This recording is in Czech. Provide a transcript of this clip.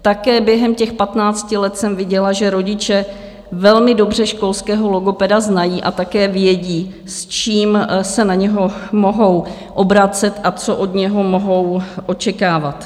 Také během těch patnácti let jsem viděla, že rodiče velmi dobře školského logopeda znají a také vědí, s čím se na něj mohou obracet a co od něho mohou očekávat.